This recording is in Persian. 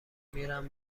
میرم